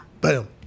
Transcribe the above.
Boom